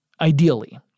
ideally